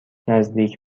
نزدیک